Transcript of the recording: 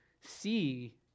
see